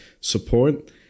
support